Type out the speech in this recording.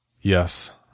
Yes